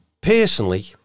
personally